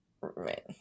Right